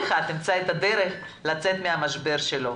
ימצא את הדרך לצאת מהמשבר שלו,